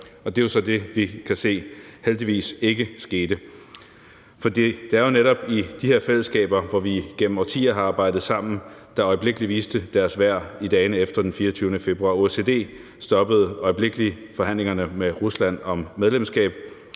Og det er jo så det, vi kan se heldigvis ikke skete. For det er jo netop de her fællesskaber, hvor vi igennem årtier har arbejdet sammen, der øjeblikkelig viste deres værd i dagene efter den 24. februar. OSCE stoppede øjeblikkelig forhandlingerne med Rusland om medlemskab,